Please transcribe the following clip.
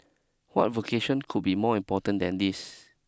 what vocation could be more important than this